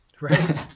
right